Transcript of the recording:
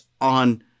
on